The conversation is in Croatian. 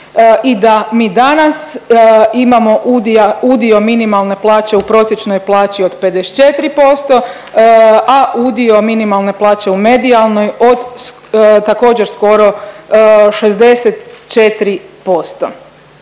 I da mi danas imamo udija, udio minimalne plaće u prosječnoj plaći od 54%, a udio plaće u medijalnoj od također skoro 64%.